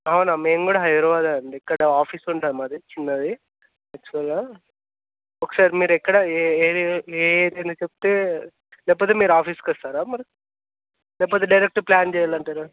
అవునా మేము కూడా హైదరాబాద్ అండి ఇక్కడ ఆఫీస్ ఉంటుంది మాది చిన్నది యాక్చువల్గా ఒకసారి మీరు ఎక్కడ ఏ ఏ ఏరియా చెప్తే లేకపోతే మీరు ఆఫీస్కి వస్తారా మరి లేకపోతే డైరెక్ట్ ప్లాన్ చేయాలా అంటారా